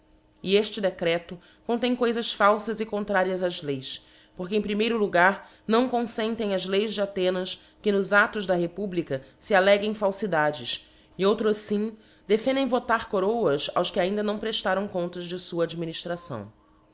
e efte decreto contem coifas falfas e contrarias ás leis porque em primeiro logar não confentem as leis de athenas que nos actos da republica fe alleguem fauidades e outrofim defendem votar coroas aos que ainda não preftaram contas de lua adminirtracão